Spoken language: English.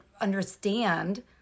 understand